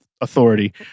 authority